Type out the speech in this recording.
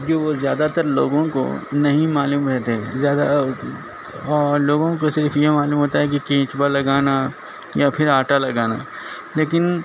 جو وہ زیادہ تر لوگوں کو نہیں معلوم رہتے زیادہ لوگوں کو صرف یہ معلوم ہوتا ہے کہ کیچوا لگانا یا پھر آٹا لگانا لیکن